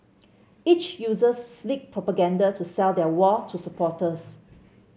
each users slick propaganda to sell their war to supporters